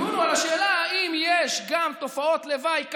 הדיון הוא על השאלה אם יש גם תופעות לוואי קשות,